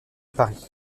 paris